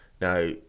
Now